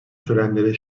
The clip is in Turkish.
törenleri